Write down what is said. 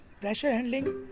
pressure-handling